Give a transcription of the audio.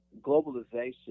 globalization